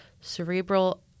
cerebral